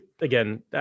again